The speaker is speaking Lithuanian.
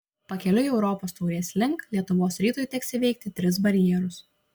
pakeliui europos taurės link lietuvos rytui teks įveikti tris barjerus